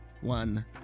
one